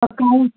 accounts